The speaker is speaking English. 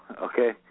okay